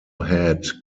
had